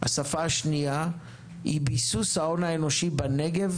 השפה השנייה היא ביסוס ההון האנושי בנגב